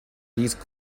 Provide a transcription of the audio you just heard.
these